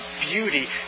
beauty